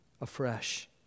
afresh